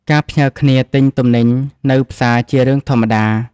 ការផ្ញើគ្នាទិញទំនិញនៅផ្សារជារឿងធម្មតា។